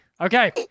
Okay